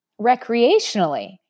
recreationally